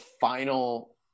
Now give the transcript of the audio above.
final